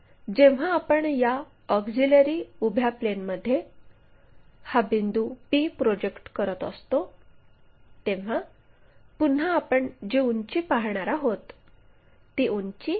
जेव्हा आपण या ऑक्झिलिअरी उभ्या प्लेनमध्ये हा बिंदू p प्रोजेक्ट करत आहोत तेव्हा पुन्हा आपण जी उंची पाहणार आहोत ती उंची m आहे